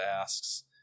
asks